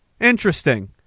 interesting